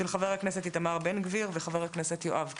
של חבר הכנסת איתמר בן גביר וחבר הכנסת יואב קיש.